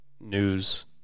news